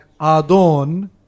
Adon